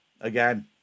again